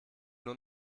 nur